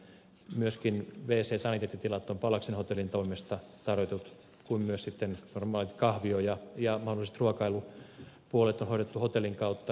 myöskin wc ja saniteettitilat on pallaksen hotellin toimesta tarjottu niin kuin myös normaalit kahvio ja mahdolliset ruokailupuolet on hoidettu hotellin kautta